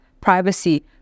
privacy